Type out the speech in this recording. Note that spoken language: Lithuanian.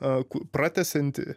a pratęsianti